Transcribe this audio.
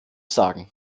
sagen